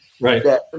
right